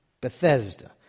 Bethesda